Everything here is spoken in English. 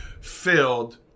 filled